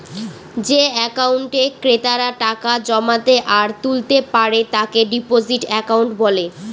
যে একাউন্টে ক্রেতারা টাকা জমাতে আর তুলতে পারে তাকে ডিপোজিট একাউন্ট বলে